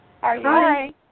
Hi